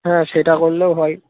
হ্যাঁ সেটা করলেও হয়